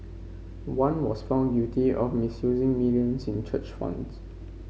one was found guilty of misusing millions in church funds